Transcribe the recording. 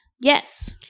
yes